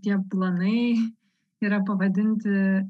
tie planai yra pavadinti